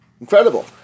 Incredible